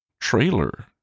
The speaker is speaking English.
trailer